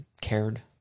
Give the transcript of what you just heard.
cared